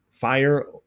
fire